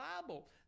Bible